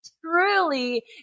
truly